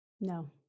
No